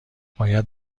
باید